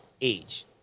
age